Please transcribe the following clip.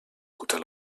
guter